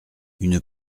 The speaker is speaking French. une